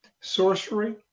sorcery